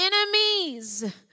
enemies